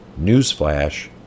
Newsflash